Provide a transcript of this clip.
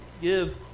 give